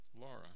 Laura